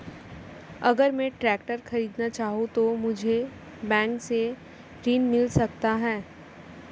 अगर मैं ट्रैक्टर खरीदना चाहूं तो मुझे बैंक से ऋण मिल सकता है?